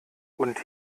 und